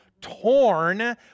torn